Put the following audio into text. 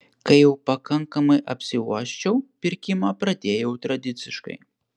kai jau pakankamai apsiuosčiau pirkimą pradėjau tradiciškai